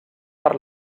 per